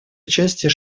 участие